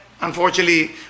unfortunately